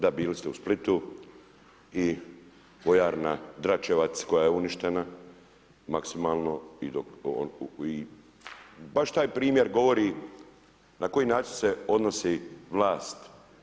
Da, bili ste u Splitu i vojarna Dračevac koja je uništena maksimalno i baš taj primjer govori na koji način odnosi vlast.